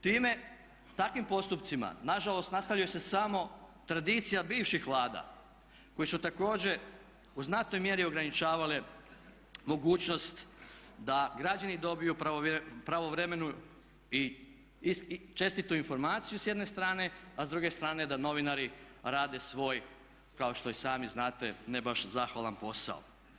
Time, takvim postupcima nažalost nastavlja se samo tradicija bivših Vlada koje su također u znatnoj mjeri ograničavale mogućnost da građani dobiju pravovremenu i čestitu informaciju s jedne strane, a s druge strane da novinari rade svoj kao što i sami znate ne baš zahvalan posao.